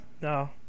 No